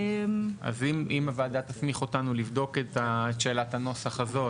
אז אם הוועדה תסמיך אותנו לבדוק את שאלת הנוסח הזו,